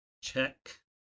Check